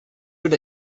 good